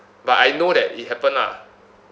but I know that it happened lah